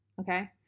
Okay